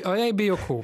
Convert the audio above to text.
o jei be juokų